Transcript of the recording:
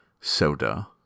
Soda